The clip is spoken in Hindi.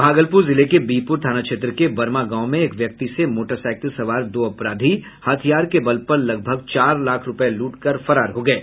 भागलपुर जिले के बिहपुर थाना क्षेत्र के वर्मा गांव में एक व्यक्ति से मोटरसाइकिल सवार दो अपराधी हथियार के बल पर लगभग चार लाख रुपए लूटकर फरार हो गये